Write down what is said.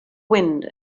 wind